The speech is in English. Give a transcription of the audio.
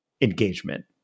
engagement